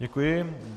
Děkuji.